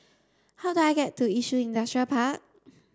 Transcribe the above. how do I get to Yishun Industrial Park